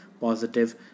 positive